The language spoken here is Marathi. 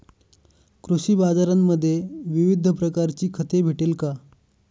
कृषी बाजारांमध्ये विविध प्रकारची खते भेटेल का?